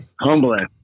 Humbling